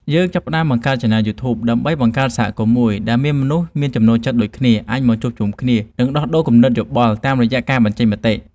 យើងចាប់ផ្តើមឆានែលយូធូប ដើម្បីបង្កើតសហគមន៍មួយដែលមនុស្សមានចំណូលចិត្តដូចគ្នាអាចមកជួបជុំគ្នា និងដោះដូរគំនិតយោបល់តាមរយៈការបញ្ចេញមតិ។